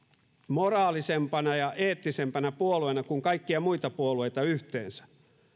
moraalisempana ja eettisempänä puolueena kuin kaikkia muita puolueita yhteensä